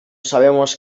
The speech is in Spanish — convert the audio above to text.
sabemos